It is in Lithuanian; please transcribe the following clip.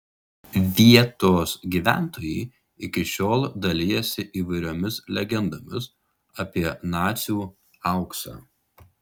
vietos gyventojai iki šiol dalijasi įvairiomis legendomis apie nacių auksą